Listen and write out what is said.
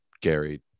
Gary